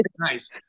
nice